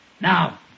Now